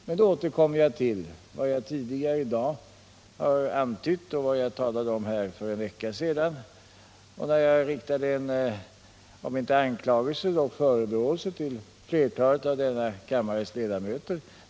Men då återkommer jag till vad jag tidigare i dag har antytt och vad jag talade om här för en vecka sedan, när jag riktade om inte en anklagelse så dock en förebråelse till flertalet av denna kammares ledamöter.